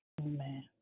Amen